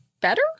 better